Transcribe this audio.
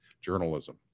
Journalism